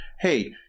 hey